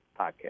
Podcast